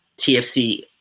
tfc